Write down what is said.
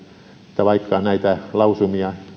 että vaikka näitä lausumia